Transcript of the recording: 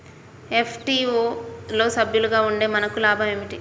FPO లో సభ్యులుగా ఉంటే మనకు లాభం ఏమిటి?